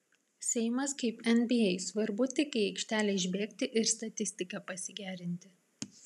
seimas kaip nba svarbu tik į aikštelę išbėgti ir statistiką pasigerinti